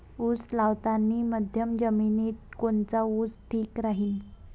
उस लावतानी मध्यम जमिनीत कोनचा ऊस ठीक राहीन?